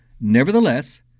Nevertheless